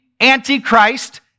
Antichrist